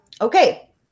Okay